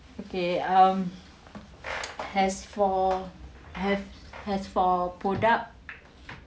okay um has four have has four product